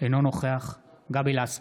אינו נוכח גבי לסקי,